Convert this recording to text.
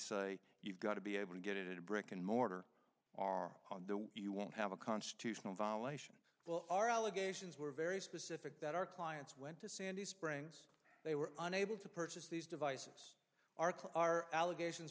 say you've got to be able to get a brick and mortar are on the way you won't have a constitutional violation well our allegations were very specific that our clients went to sandy springs they were unable to purchase these devices are car allegations